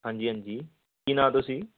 ਹਾਂਜੀ ਹਾਂਜੀ ਕੀ ਨਾਂ ਤੁਸੀਂ